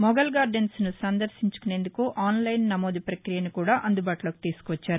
మొఘల్ గార్లెస్స్ను సందర్భించుకునేందుకు ఆన్లైన్ నమోదు ప్రపక్రియను కూడా అందుబాటులోకి తీసుకువచ్చారు